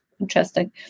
interesting